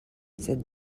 cette